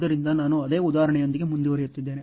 ಆದ್ದರಿಂದ ನಾನು ಅದೇ ಉದಾಹರಣೆಯೊಂದಿಗೆ ಮುಂದುವರಿಯುತ್ತಿದ್ದೇನೆ